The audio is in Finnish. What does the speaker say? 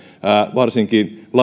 varsinkin